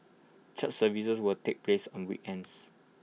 church services will take place on weekends